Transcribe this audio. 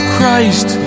Christ